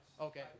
Okay